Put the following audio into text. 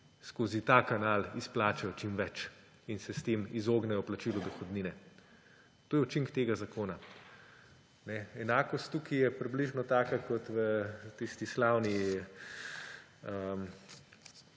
skozi ta kanal izplačajo čim več in se s tem izognejo plačilu dohodnine. To je učinek tega zakona. Enakost je tukaj približno taka kot v tisti slavni